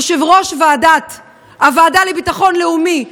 יושב-ראש ועדת הוועדה לביטחון לאומי,